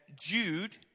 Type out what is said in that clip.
Jude